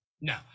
No